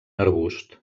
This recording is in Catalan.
arbust